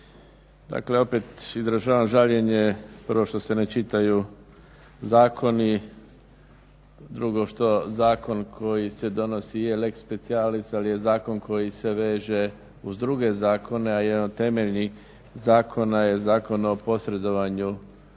Dakle opet izražavam žaljenje, prvo što se ne čitaju zakoni, drugo što zakon koji se donosi je lex speciallis ali je zakon koji se veže uz druge zakone, a jedan od temeljnih zakona je Zakon o posredovanju